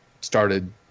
started